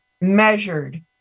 measured